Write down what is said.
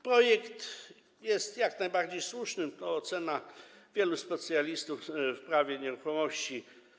Projekt jest jak najbardziej słuszny - to ocena wielu specjalistów od prawa nieruchomości.